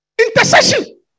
Intercession